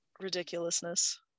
ridiculousness